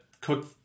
cook